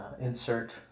insert